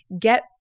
get